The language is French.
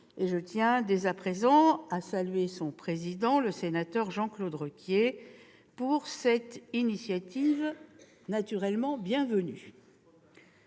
Je tiens dès à présent à saluer le président de ce groupe, le sénateur Jean-Claude Requier, pour cette initiative naturellement bienvenue.